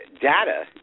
data